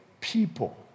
people